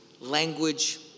language